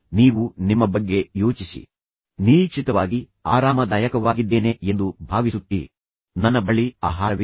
ತದನಂತರ ಮುಂದಿನ ಅಂತಿಮ ಪ್ರಚೋದನೆಯು ಅವನಿಗೆ ಕೋಪವನ್ನುಂಟುಮಾಡುತ್ತದೆ ಅವನಿಗೆ ತನ್ನ ಭಾವನೆಯನ್ನು ನಿಯಂತ್ರಿಸಲು ಸಾಧ್ಯವಾಗುವುದಿಲ್ಲ